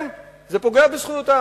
כן, זה פוגע בזכויותיו.